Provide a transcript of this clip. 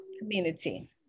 community